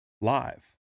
Live